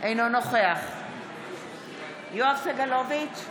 אינו נוכח יואב סגלוביץ'